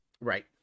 Right